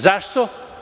Zašto?